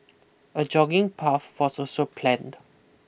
a jogging path was also planned